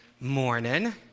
Morning